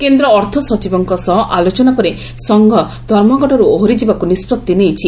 କେନ୍ଦ ଅର୍ଥସଚିବଙ୍କ ସହ ଆଲୋଚନାପରେ ସଂଘ ଧର୍ମଘଟରୁ ଓହରିଯିବାକୁ ନିଷ୍ବତ୍ତି ନେଇଛି